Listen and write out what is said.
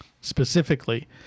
Specifically